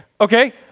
Okay